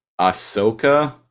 Ahsoka